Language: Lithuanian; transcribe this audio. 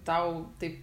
tau taip